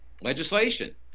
legislation